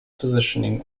positioning